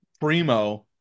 Primo